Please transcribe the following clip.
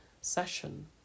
session